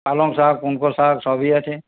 পালং শাক পঙ্কশাক সবই আছে